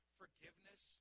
forgiveness